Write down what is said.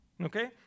okay